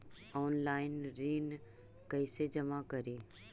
Online ऋण कैसे जमा करी?